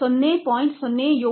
076 7